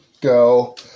go